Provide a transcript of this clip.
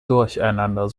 durcheinander